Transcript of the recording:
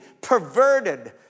perverted